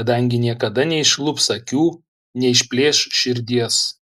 kadangi niekada neišlups akių neišplėš širdies